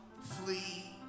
flee